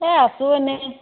এই আছোঁ এনেই